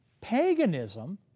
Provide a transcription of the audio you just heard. Paganism